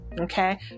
Okay